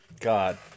God